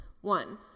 One